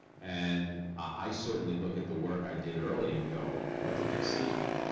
and i certainly look at the work i did early and go, what did they see in me?